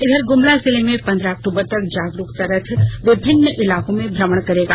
इधर गुमला जिले में पंद्रह अक्टूबर तक जागरूकता रथ विभिन्न इलाकों में भ्रमण करेगा